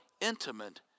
intimate